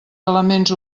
elements